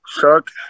Chuck